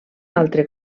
altre